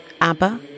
ABBA